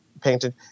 painted